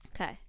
Okay